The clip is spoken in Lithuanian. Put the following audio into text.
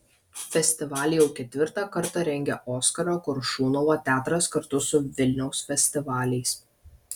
festivalį jau ketvirtą kartą rengia oskaro koršunovo teatras kartu su vilniaus festivaliais